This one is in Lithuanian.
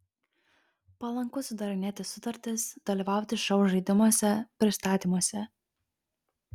palanku sudarinėti sutartis dalyvauti šou žaidimuose pristatymuose